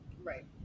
Right